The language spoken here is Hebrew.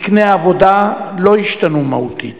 תקני העבודה לא השתנו מהותית,